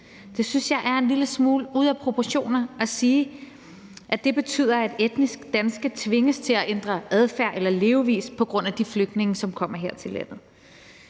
Jeg synes, det er en lille smule ude af proportioner at sige, at det betyder, at etnisk danske tvinges til at ændre adfærd eller levevis på grund af de flygtninge, som kommer her til landet.